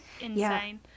insane